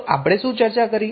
તો આપણે શું ચર્ચા કરી